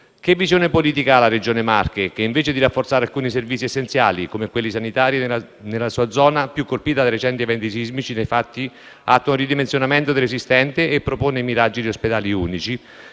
Che visione politica ha la Regione Marche? Tale Regione, invece di rafforzare alcuni servizi essenziali come quelli sanitari nella sua zona (la più colpita dai recenti eventi sismici), nei fatti attua un ridimensionamento dell'esistente e propone miraggi di ospedali unici,